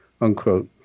unquote